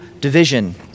division